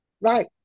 Right